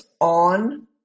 on